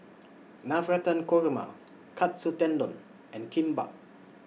Navratan cog Ma Katsu Tendon and Kimbap